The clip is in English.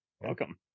welcome